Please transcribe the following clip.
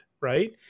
Right